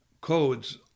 codes